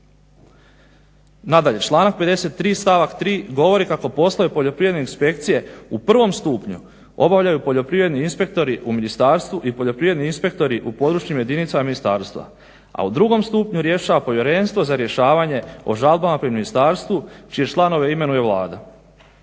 Nadalje, članak 53. stavak 3. govori kako poslovi u poljoprivredne inspekcije u prvom stupnju obavljaju poljoprivredni inspektori u ministarstvu i poljoprivredni inspektori u područnim jedinicama ministarstva. A u drugom stupnju rješava povjerenstvo za rješavanje o žalbama pri ministarstvu, čije članove imenuje Vlada.